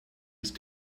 ist